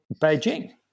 Beijing